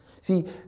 See